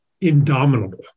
indomitable